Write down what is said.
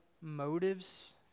motives